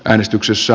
äänestyksessä